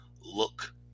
Look